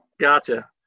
Gotcha